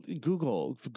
Google